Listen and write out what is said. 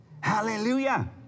Hallelujah